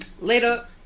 Later